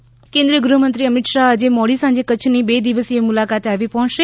અમિત શાહ્ ભુજ મુલાકાત કેન્દ્રીય ગૃહમંત્રી અમિત શાહ આજે મોડી સાંજે કચ્છની બે દિવસીય મુલાકાતે આવી પહોચશે